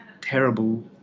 terrible